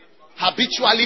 habitually